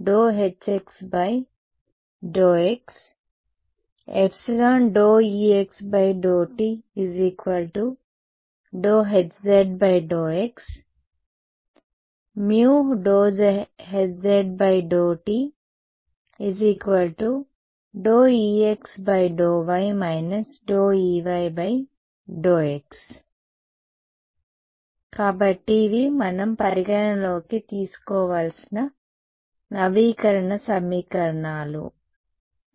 EytHx∂x Ex∂tHz∂x HztExy Eyx కాబట్టి ఇవి మనం పరిగణనలోకి తీసుకోవలసిన నవీకరణ సమీకరణాలు